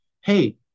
hey